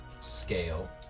scale